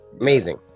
amazing